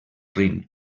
rin